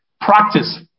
practice